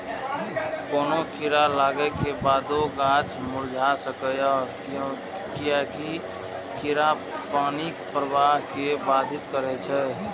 कोनो कीड़ा लागै के बादो गाछ मुरझा सकैए, कियैकि कीड़ा पानिक प्रवाह कें बाधित करै छै